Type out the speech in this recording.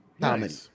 comedy